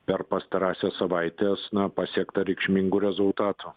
per pastarąsias savaites na pasiekta reikšmingų rezultatų